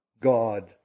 God